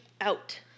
out